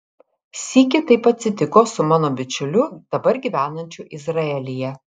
sykį taip atsitiko su mano bičiuliu dabar gyvenančiu izraelyje